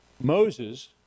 Moses